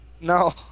No